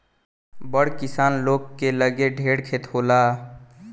बड़ किसान लोग के लगे ढेर खेत होखेला